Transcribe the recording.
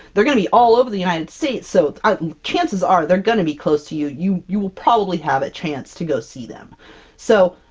they're gonna be all over the united states, so chances are, they're gonna be close to you! you you will probably have a chance to go see them so,